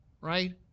Right